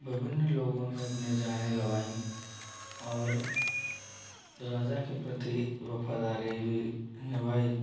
विभिन्न लोगों ने अपने जाने गवाईं और राजा के प्रति वफ़ादारी भी निभाई